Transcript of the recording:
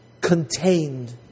contained